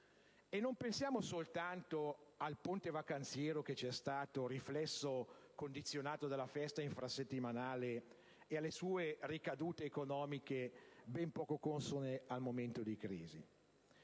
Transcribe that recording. Non pensiamo soltanto al ponte vacanziero che c'è stato, riflesso condizionato della festa infrasettimanale, e alle sue ricadute economiche, ben poco consone al momento di crisi;